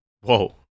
Whoa